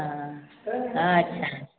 अऽ अच्छा